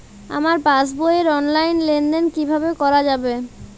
আমার পাসবই র অনলাইন লেনদেন কিভাবে করা যাবে?